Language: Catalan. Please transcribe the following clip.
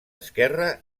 esquerra